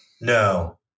No